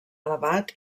elevat